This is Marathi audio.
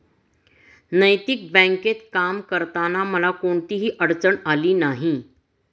नैतिक बँकेत काम करताना मला कोणतीही अडचण आली नाही